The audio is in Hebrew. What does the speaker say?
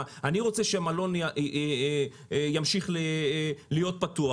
אני רוצה שמלון ימשיך להיות פתוח,